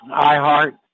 iHeart